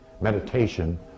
meditation